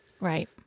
Right